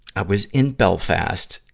i was in belfast,